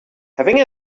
having